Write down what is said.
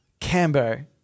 Cambo